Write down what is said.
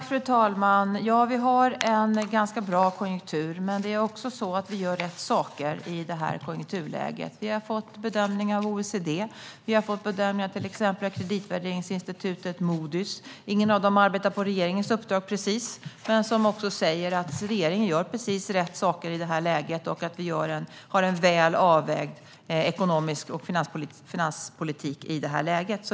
Fru talman! Vi har en ganska bra konjunktur. Men det är också så att vi gör rätt saker i detta konjunkturläge. Vi har fått en bedömning av OECD, och vi har fått en bedömning av till exempel kreditvärderingsinstitutet Moodys. Ingen av dem arbetar direkt på regeringens uppdrag, men de säger att regeringen gör precis rätt saker och att vi har en väl avvägd ekonomisk politik och finanspolitik i detta läge.